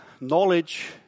knowledge